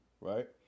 right